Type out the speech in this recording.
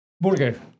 burger